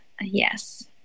yes